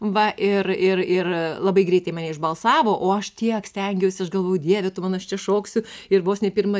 va ir ir ir labai greitai mane išbalsavo o aš tiek stengiausi aš galvojau dieve tu man aš čia šoksiu ir vos ne pirmą